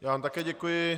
Já vám také děkuji.